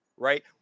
Right